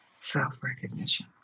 self-recognition